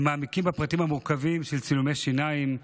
הם מעמיקים בפרטים המורכבים של צילומי שיניים,